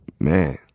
man